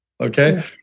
Okay